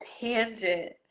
tangent